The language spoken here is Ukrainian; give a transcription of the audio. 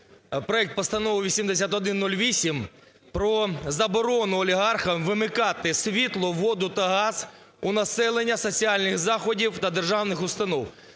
проект Постанови 8108 про заборону олігархами вимикати світло, воду та газ у населення, соціальних заходів та державних установ.